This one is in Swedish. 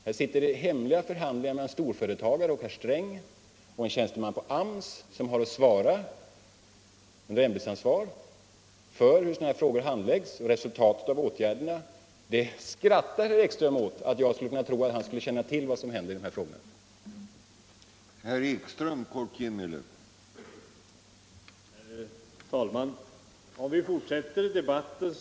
Här pågår hemliga förhandlingar mellan storföretagare och herr Sträng i frågor där tjänstemän på AMS med ett ämbetsmannaansvar för handläggningen och för resultatet av åtgärderna utan att de ens skulle känna till vad som hänt. Herr Ekström skrattar åt tanken.